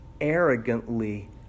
arrogantly